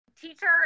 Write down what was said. teacher